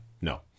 No